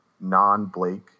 non-Blake